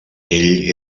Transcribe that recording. ell